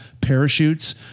parachutes